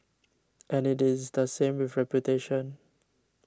and it is the same with reputation